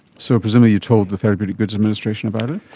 so presumably you told the therapeutic goods administration about it?